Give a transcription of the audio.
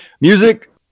music